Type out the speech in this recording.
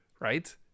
right